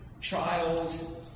trials